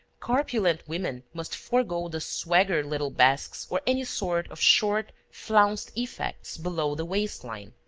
corpulent women must forego the swagger little basques or any sort of short, flounced effects below the waist-line.